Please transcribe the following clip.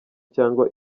cyangwa